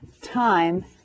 time